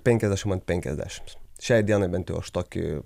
penkiasdešimt and penkiasdešimts šiai dienai bent jau aš tokį